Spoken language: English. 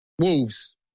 Wolves